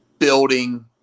building